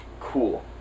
cool